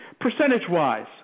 Percentage-wise